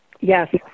yes